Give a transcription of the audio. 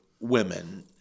women